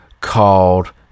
called